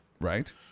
Right